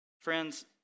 Friends